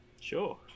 sure